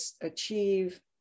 achieve